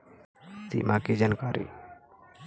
सिमा कि जानकारी?